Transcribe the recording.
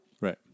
Right